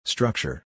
Structure